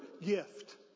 gift